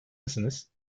mısınız